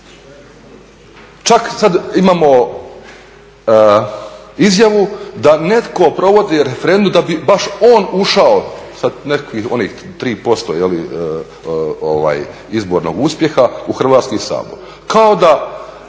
čak sad imamo izjavu da netko provodi referendum da bi baš on ušao sa nekakvih onih 3% jel' izbornog uspjeha u Hrvatski sabor kao da